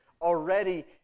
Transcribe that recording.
already